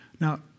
Now